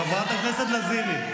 חברת הכנסת לזימי.